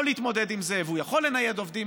להתמודד עם זה והוא יכול לנייד עובדים,